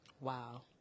Wow